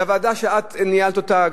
והוועדה שאת ניהלת אותה,